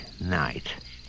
night